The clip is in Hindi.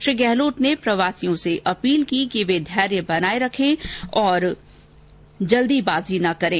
श्री गहलोत ने प्रवासियों से अपील की कि वे धैर्य बनाये रखें और आने की जल्दबाजी न करें